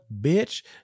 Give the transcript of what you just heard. bitch